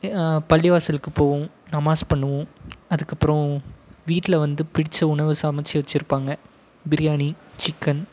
பள்ளிவாசலுக்கு போவோம் நமாஸ் பண்ணுவோம் அதுக்கப்பறம் வீட்டில் வந்து பிடித்த உணவை சமைச்சி வெச்சுருப்பாங்க பிரியாணி சிக்கன்